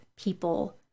people